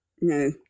No